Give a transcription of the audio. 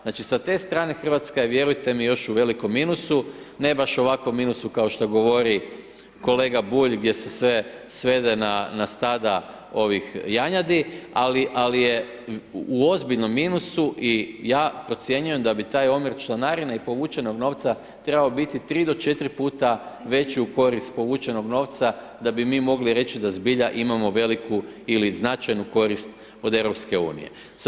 Znači sa te strane Hrvatska je, vjerujte mi, još u velikom minusu, ne baš ovakvom minusu kao što govori kolega Bulj, gdje se sve svede na stada, ovih, janjadi, ali, ali je u ozbiljnom minusu i ja procjenjujem da bi taj omjer članarina i povučenog novca, trebao biti tri do četiri puta veći u korist povučenog novca, da bi mi mogli reći da zbilja imamo veliku ili značajnu korist od Europske unije.